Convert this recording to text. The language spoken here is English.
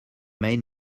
made